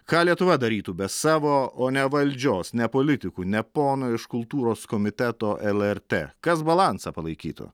ką lietuva darytų be savo o ne valdžios ne politikų ne pono iš kultūros komiteto lrt kas balansą palaikytų